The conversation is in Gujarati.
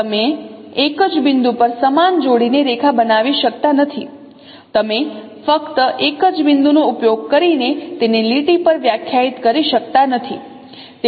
તમે એક જ બિંદુ પર સમાન જોડીને રેખા બનાવી શકતા નથી તમે ફક્ત એક જ બિંદુનો ઉપયોગ કરીને તેને લીટી પર વ્યાખ્યાયિત કરી શકતા નથી